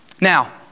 Now